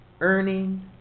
earning